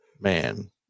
man